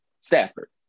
Stafford